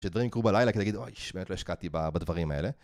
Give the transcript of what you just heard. כשדברים יקרו בלילה, כדי להגיד, אוי, באמת לא השקעתי בדברים האלה.